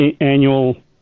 annual